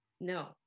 no